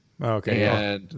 Okay